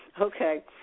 Okay